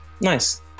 Nice